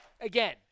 again